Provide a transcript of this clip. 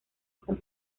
con